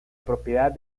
propiedad